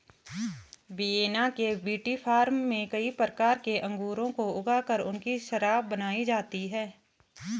Vienna के विटीफार्म में कई प्रकार के अंगूरों को ऊगा कर उनकी शराब बनाई जाती है